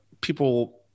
people